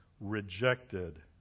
rejected